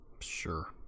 Sure